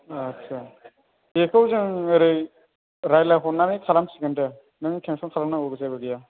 आथसा बेखौ जों ओरै रायज्लायहरनानै खालामसिगोन दे नों टेनसन खालामनांगौ जेबो गैया